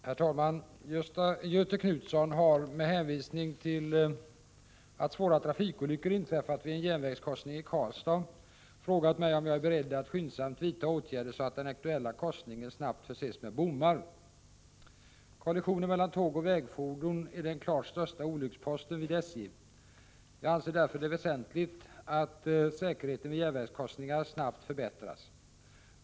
Herr talman! Göthe Knutson har, med hänvisning till att svåra trafikolyckor inträffat vid en järnvägskorsning i Karlstad, frågat mig om jag är beredd att skyndsamt vidta åtgärder så att den aktuella korsningen snabbt förses med bommar. Kollisioner mellan tåg och vägfordon är den klart största olycksposten vid SJ. Jag anser det därför väsentligt att säkerheten vid järnvägskorsningar snabbt förbättras.